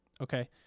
Okay